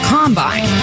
Combine